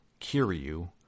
Kiryu